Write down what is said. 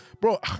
bro